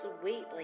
sweetly